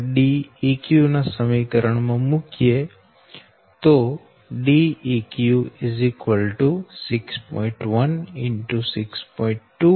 1 X 6